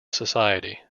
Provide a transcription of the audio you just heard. society